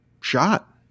shot